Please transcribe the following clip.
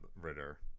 Ritter